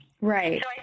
Right